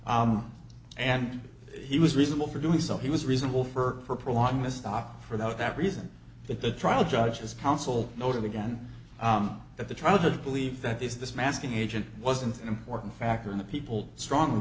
and he was reasonable for doing so he was reasonable for prolonging this stock for that reason that the trial judge was counsel noted again at the trial to believe that is this masking agent wasn't an important factor in the people strongly